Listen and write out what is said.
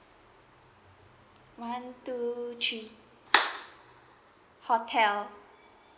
one two three hotel